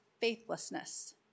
faithlessness